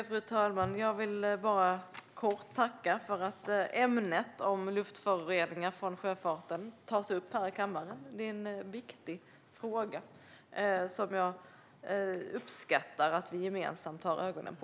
Fru talman! Jag vill bara kort tacka för att ämnet om luftföroreningar från sjöfarten tas upp här i kammaren. Det är en viktig fråga, som jag uppskattar att vi gemensamt har ögonen på.